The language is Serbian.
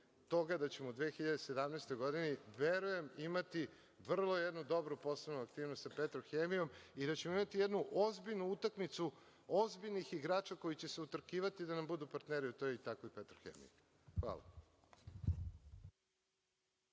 toga da ćemo u 2017. godini verujem imati vrlo jednu dobru poslovnu aktivnost sa „Petrohemijom“ i da ćemo imati jednu ozbiljnu utakmicu ozbiljnih igrača koji će se utrkivati da nam budu partneri u toj i takvoj „Petrohemiji“. Hvala.